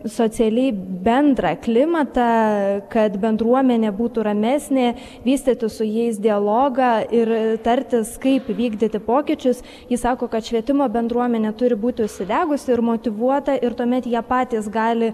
socialiai bendrą klimatą kad bendruomenė būtų ramesnė vystyti su jais dialogą ir tartis kaip vykdyti pokyčius jis sako kad švietimo bendruomenė turi būti užsidegusi ir motyvuota ir tuomet jie patys gali